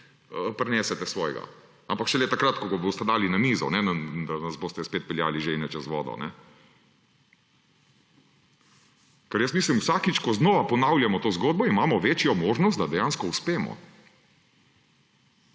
prinesete svojega. Ampak šele takrat, ko ga boste dali na mizo, ne, da nas boste spet peljali žejne čez vodo. Ker jaz mislim, vsakič, ko znova ponavljamo to zgodbo, imamo večjo možnost, da dejansko uspemo.